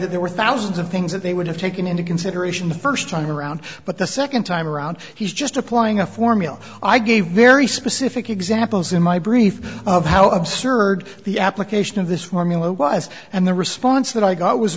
that there were thousands of things that they would have taken into consideration the first time around but the second time around he's just applying a formula i gave very specific examples in my brief of how absurd the application of this formula wise and the response that i got was